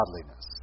godliness